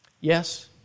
Yes